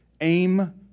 aim